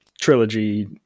trilogy